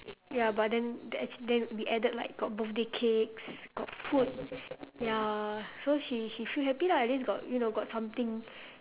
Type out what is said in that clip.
ya but then actually then we added like got birthday cakes got food ya so she she feel happy lah at least got you know got something